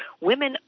women